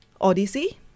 Odyssey